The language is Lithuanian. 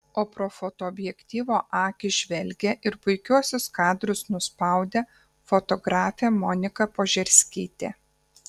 o pro fotoobjektyvo akį žvelgė ir puikiuosius kadrus nuspaudė fotografė monika požerskytė